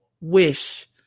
wish